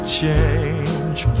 change